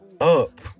Up